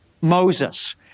Moses